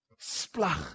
Splach